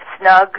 snug